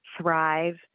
thrive